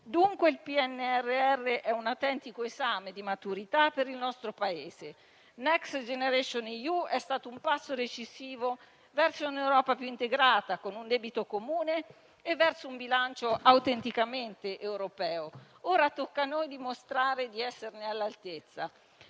Dunque, il PNRR è un autentico esame di maturità per il nostro Paese. Next generation EU è stato un passo decisivo verso un'Europa più integrata, con un debito comune, e un bilancio autenticamente europeo. Ora tocca a noi dimostrare di esserne all'altezza,